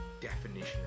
Definition